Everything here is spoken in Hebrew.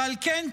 ועל כן,